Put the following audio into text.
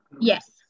Yes